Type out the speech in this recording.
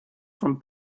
from